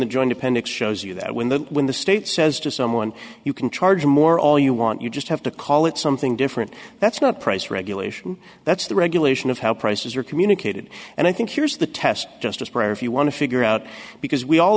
the joint appendix shows you that when the when the state says to someone you can charge more all you want you just have to call it something different that's the price regulation that's the regulation of how prices are communicated and i think here's the test justice breyer if you want to figure out because we all